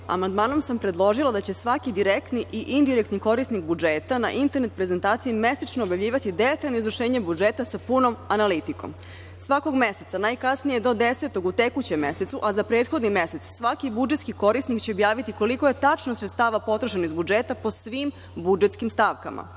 Hvala. Amandmanom sam predložila da će svaki direktni i indirektni korisnik budžeta na internet prezentaciji mesečno objavljivati detaljno izvršenje budžeta sa punom analitikom. Svakog meseca, najkasnije do desetog u tekućem mesecu, a za prethodni mesec, svaki budžetski korisnik će objaviti koliko je tačno sredstava potrošeno iz budžeta po svim budžetskim stavkama.